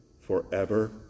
forever